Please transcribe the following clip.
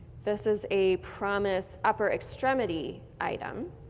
this is a promis upper extremity item.